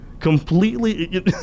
completely